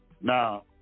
Now